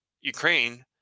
Ukraine